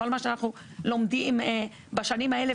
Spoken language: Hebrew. כל מה שאנחנו לומדים בשנים האלו,